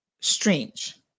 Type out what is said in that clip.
Strange